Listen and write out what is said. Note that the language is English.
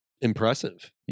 impressive